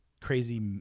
crazy